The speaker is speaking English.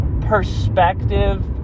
perspective